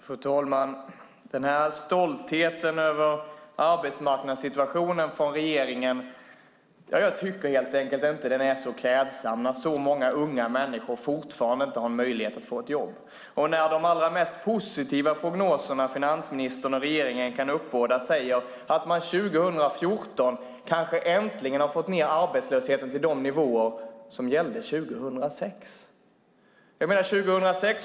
Fru talman! Denna stolthet över arbetsmarknadssituationen som regeringen visar tycker jag inte är särskilt klädsam när det fortfarande är så många unga människor som inte har möjlighet att få ett jobb. De mest positiva prognoser som finansministern och regeringen kan uppbåda säger att man kanske 2014 äntligen har fått ned arbetslösheten till de nivåer som gällde 2006.